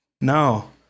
No